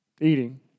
eating